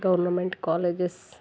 government colleges